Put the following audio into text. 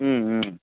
ம் ம்